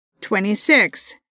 Twenty-six